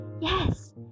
Yes